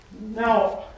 Now